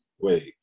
wait